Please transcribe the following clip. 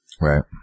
Right